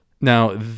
Now